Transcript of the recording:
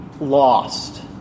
lost